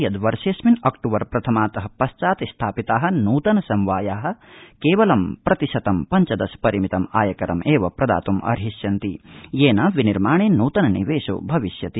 यद् वर्षेऽस्मिन् अक्टूबर प्रथमात पश्चात् स्थापिता नूतन समवाया केवलं प्रतिशतं पञ्चदश परिमितम् आयकरं प्रदास्यन्ति येन विनिर्माणे नूतन निवेशो भविष्यति